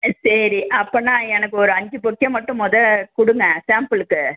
சரி அப்படின்னா எனக்கு ஒரு அஞ்சு பொக்கே மட்டும் முதக் கொடுங்க சாம்ப்பிளுக்கு